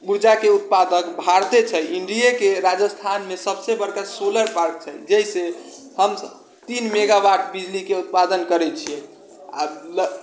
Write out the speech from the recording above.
ऊर्जाके उत्पादक भारते छै इण्डिएके राजस्थानमे सबसँ बड़का सोलर पार्क छै जाहिसँ हम तीन मेगावाट बिजलीके उत्पादन करै छिए आब लऽ